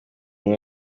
umwe